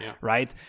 right